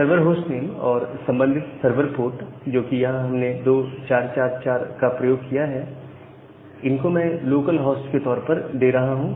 server host name और संबंधित server port जो कि यहां हमने 2444 प्रयोग किया है इनको मैं लोकल होस्ट के तौर पर दे रहा हूं